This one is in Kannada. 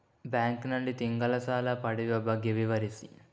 ಬ್ಯಾಂಕ್ ನಲ್ಲಿ ತಿಂಗಳ ಸಾಲ ಪಡೆಯುವ ಬಗ್ಗೆ ವಿವರಿಸಿ?